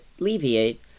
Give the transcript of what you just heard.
alleviate